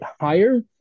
higher